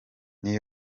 new